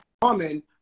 common